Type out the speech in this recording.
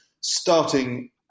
starting